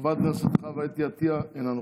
חברת הכנסת חוה אתי עטייה, אינה נוכחת.